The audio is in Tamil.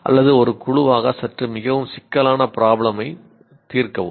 அல்லது ஒரு குழுவாக சற்று மிகவும் சிக்கலான ப்ரோப்லேம் ஐ தீர்க்கவும்